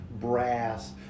brass